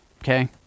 Okay